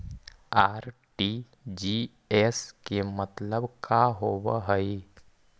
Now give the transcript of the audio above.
RTGS के मतलब का होव हई?